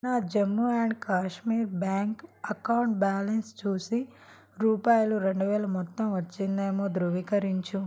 నా Jammu and Kashmir bank account balance చూసి రూపాయలు రెండు వేల మొత్తం వచ్చిందేమో ధృవీకరించు